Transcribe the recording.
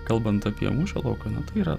kalbant apie mūšio lauką yra